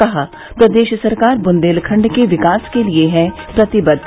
कहा प्रदेश सरकार बुन्देलखण्ड के विकास के लिये है प्रतिबद्ध